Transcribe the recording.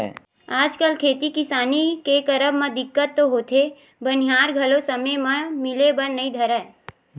आजकल खेती किसानी के करब म दिक्कत तो होथे बनिहार घलो समे म मिले बर नइ धरय